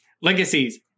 Legacies